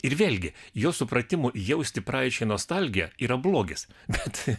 ir vėlgi jo supratimu jausti praeičiai nostalgiją yra blogis bet